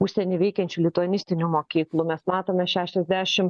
užsieny veikiančių lituanistinių mokyklų mes matome šešiasdešim